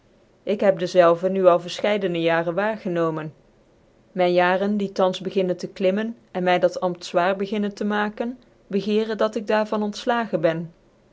ik heb dezelve na al vcrlchcidc jaren waargenomen myn jaren die thans beginnen tc klimmen en my dat ampt zwaar beginnen tc maken begeren dat ik daar van ontfugcn ben